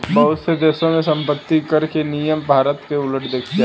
बहुत से देशों में सम्पत्तिकर के नियम भारत से उलट देखे जाते हैं